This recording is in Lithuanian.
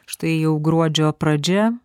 štai jau gruodžio pradžia